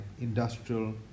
industrial